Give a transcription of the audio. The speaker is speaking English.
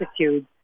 attitude